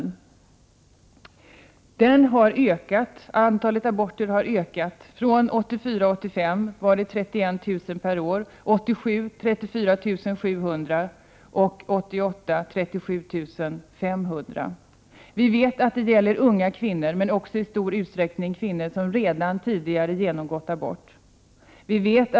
1984/85 var det 31 000 aborter per år, 1987 var det 34 700, och 1988 var det 37 500. Det gäller unga kvinnor men också i stor utsträckning kvinnor som redan tidigare genomgått abort.